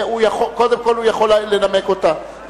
קודם כול הוא יכול לנמק אותה,